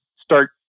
start